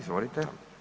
Izvolite.